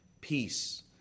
peace